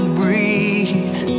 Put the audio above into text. breathe